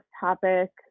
topic